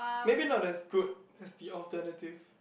maybe not as good as the alternative